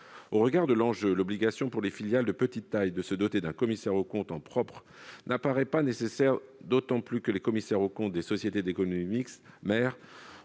Au regard de l'enjeu, l'obligation pour les filiales de petite taille de se doter d'un commissaire aux comptes en propre n'apparaît pas nécessaire, d'autant plus que les commissaires aux comptes des sociétés d'économie mixte mères